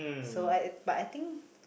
so I but I think